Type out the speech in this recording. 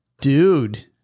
dude